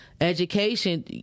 education